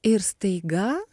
ir staiga